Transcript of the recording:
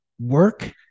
work